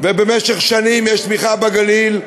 ובמשך שנים יש תמיכה בגליל.